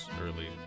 early